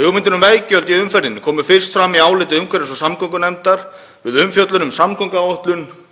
Hugmyndir um veggjöld í umferðinni komu fyrst fram í áliti umhverfis- og samgöngunefndar við umfjöllun um samgönguáætlun